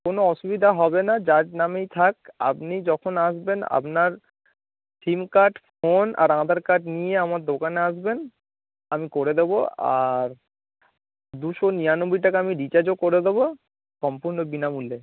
কোনো অসুবিধা হবে না যার নামেই থাক আপনি যখন আসবেন আপনার সিম কার্ড ফোন আর আধার কার্ড নিয়ে আমার দোকানে আসবেন আমি করে দেবো আর দুশো নিরানব্বই টাকা আমি রিচার্জও করে দেবো সম্পূর্ণ বিনামূল্যে